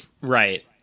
right